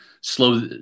slow